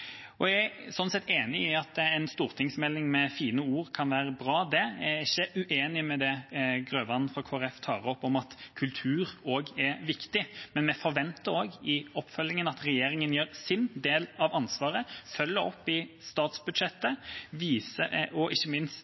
Jeg er enig i at en stortingsmelding med fine ord kan være bra. Jeg er ikke uenig i det Grøvan fra Kristelig Folkeparti tar opp om at kultur også er viktig, men vi forventer i oppfølgingen at regjeringa tar sin del av ansvaret, følger opp i statsbudsjettet og ikke minst